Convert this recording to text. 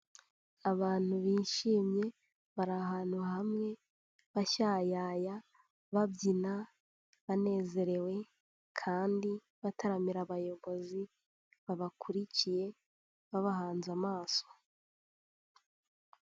Abantu bishimye, bari ahantu hamwe, bashyayaya, babyina, banezerewe kandi bataramira abayobozi babakurikiye babahanze amaso.